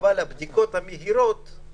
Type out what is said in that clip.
היום יום שלישי,